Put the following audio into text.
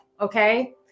okay